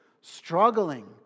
struggling